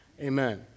Amen